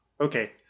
okay